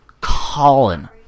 Colin